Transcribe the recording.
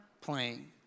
playing